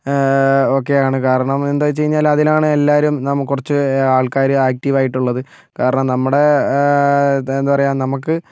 ഒക്കെയാണ് കാരണം എന്താന്ന് വെച്ച് കഴിഞ്ഞാല് അതിലാണ് എല്ലാവരും നമുക്ക് കുറച്ച് ആൾക്കാര് ആക്റ്റീവായിട്ടുള്ളത് കാരണം നമ്മുടെ എന്താ പറയുക നമുക്ക്